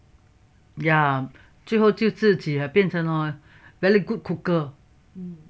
ya 最后就自己变成 hor very good cooker